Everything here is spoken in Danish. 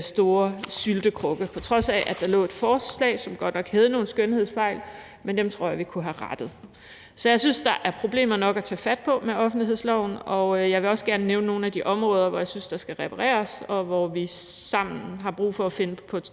store syltekrukke, på trods af at der lå et forslag, som godt nok havde nogle skønhedsfejl, men som jeg tror vi kunne have rettet. Så jeg synes, der er problemer nok at tage fat på med offentlighedsloven, og jeg vil også gerne nævne nogle af de områder, hvor jeg synes, der skal repareres, og hvor vi har brug for at finde